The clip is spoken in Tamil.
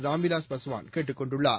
ராம்விலாஸ் பாஸ்வான் கேட்டுக் கொண்டுள்ளார்